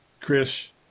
Chris